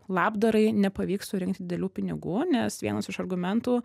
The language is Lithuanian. labdarai nepavyks surinkti didelių pinigų nes vienas iš argumentų